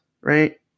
Right